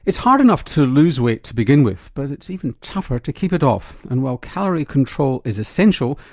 it's hard enough to lose weight to begin with but it's even tougher to keep it off and, while calorie control is essential,